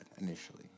initially